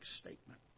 statement